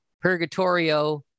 Purgatorio